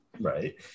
Right